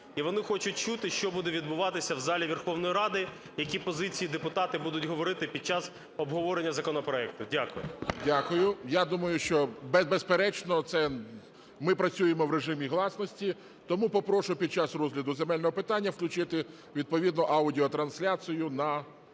і вони хочуть чути, що буде відбуватися в залі Верховної Ради, які позиції депутати будуть говорити під час обговорення законопроекту. Дякую. ГОЛОВУЮЧИЙ. Дякую. Я думаю, що, безперечно, це... ми працюємо в режимі гласності. Тому попрошу під час розгляду земельного питання включити відповідно аудіотрансляцію на